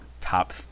top